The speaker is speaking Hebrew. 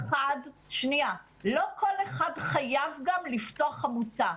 רגע, רגע, לא כל אחד חייב גם לפתוח עמותה,